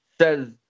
Says